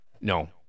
No